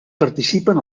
participen